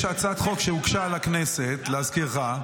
יש הצעת חוק שהוגשה לכנסת, להזכירך.